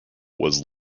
was